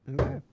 okay